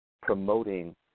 promoting